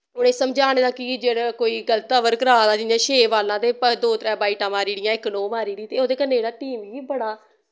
उनें समझाने दा की जेह्ड़ा कोई गल्त ओवर करा दा जियां छे बाल्लां ते ओ दो त्रै बाईटां मारीड़ियां ते इक नो मारीड़ियां ते ओह्दे कन्ने जेह्ड़ा टीम गी बड़ा